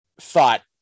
thought